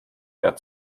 wer